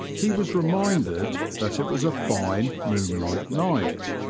he was reminded that it was a fine, moonlight night.